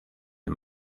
del